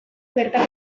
bertako